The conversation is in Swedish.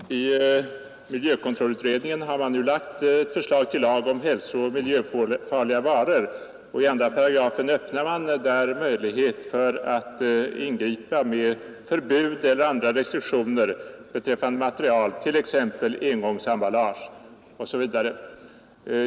Herr talman! I miljökontrollutredningen har man nu lagt fram förslag till lag om hälsooch miljöfarliga varor, och i 2 § öppnar man där möjlighet att ingripa med förbud eller andra restriktioner för vissa material, t.ex. för engångsemballage.